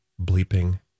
bleeping